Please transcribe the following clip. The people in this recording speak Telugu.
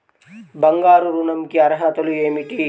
బంగారు ఋణం కి అర్హతలు ఏమిటీ?